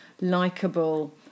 likable